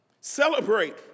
celebrate